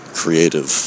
creative